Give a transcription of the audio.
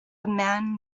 man